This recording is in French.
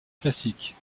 classiques